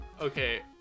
Okay